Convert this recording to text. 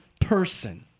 person